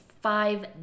five